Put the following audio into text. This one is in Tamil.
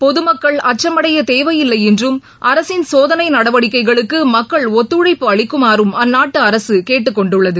பொதுமக்கள் அச்சமடையதேவையில்லைஎன்றும் சோதனைநடவடிக்கைகளுக்குமக்கள் அரசின் ஒத்துழைப்பு அளிக்குமாறம் அந்நாட்டுஅரசுகேட்டுக்கொண்டுள்ளது